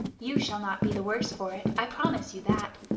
you shall not be the worse for it i promise you that.